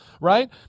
right